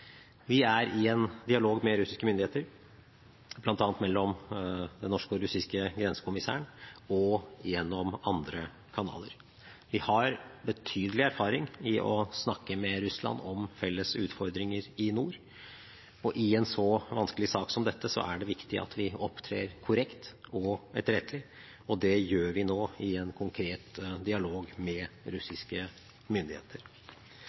Vi er i en dialog med russiske myndigheter, bl.a. mellom den norske og russiske grensekommissæren og gjennom andre kanaler. Vi har betydelig erfaring med å snakke med Russland om felles utfordringer i nord. I en så vanskelig sak som dette er det viktig at vi opptrer korrekt og etterrettelig, og det gjør vi nå i en konkret dialog med russiske myndigheter.